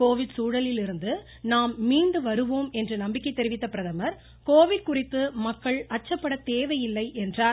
Covid சூழலிலிருந்து நாம் மீண்டு வருவோம் என்று நம்பிக்கை தெரிவித்த பிரதமர் கோவிட் குறித்து மக்கள் அச்சப்பட தேவையில்லை என்றார்